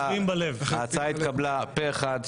ההצעה התקבלה פה אחד.